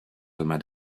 thomas